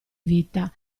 vita